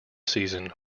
season